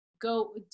go